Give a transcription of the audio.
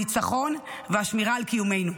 הניצחון והשמירה על קיומנו.